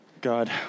God